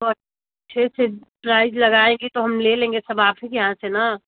और अच्छे से प्राइस लगाएँगी तो हम ले लेंगे सब आप ही के यहाँ से ना